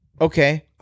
okay